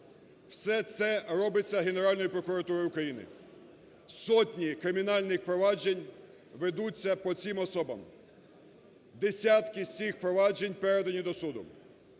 Все це робиться Генеральною прокуратурою України. Сотні кримінальних проваджень ведуться по цих особах, десятки з цих проваджень передані до суду.